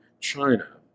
China